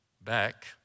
back